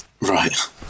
right